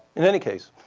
in any case,